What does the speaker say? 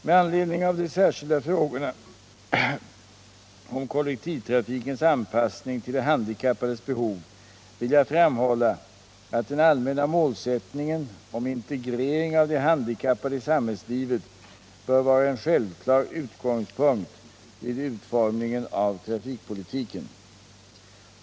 Med anledning av de särskilda frågorna om kollektivtrafikens anpassning till de handikappades behov vill jag framhålla att den allmänna målsättningen om integrering av de handikappade i samhällslivet bör vara en självklar utgångspunkt vid utformningen av trafikpolitiken.